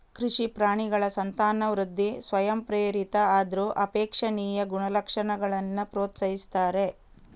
ಕೃಷಿ ಪ್ರಾಣಿಗಳ ಸಂತಾನವೃದ್ಧಿ ಸ್ವಯಂಪ್ರೇರಿತ ಆದ್ರೂ ಅಪೇಕ್ಷಣೀಯ ಗುಣಲಕ್ಷಣಗಳನ್ನ ಪ್ರೋತ್ಸಾಹಿಸ್ತಾರೆ